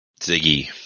Ziggy